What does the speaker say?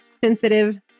sensitive